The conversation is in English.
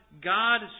God